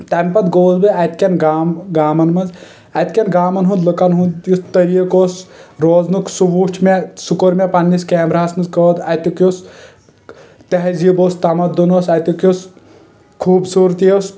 تیٚمہِ پتہٕ گوٚوُس بہٕ اتہِ کٮ۪ن گام گامن منٛز اتۍ کٮ۪ن گامن ہنٛد لُکن ہُنٛد تِیُتھ طٔریٖقہٕ اوس روزنُک سُہ وُچھ مےٚ سُہ کوٚر مےٚ پننِس کیمرا ہس منٛز قٲد اتیُک یُس تہزیب اوس تمدُن اوس اتیُک یُس خوبصورتی ٲس